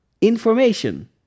information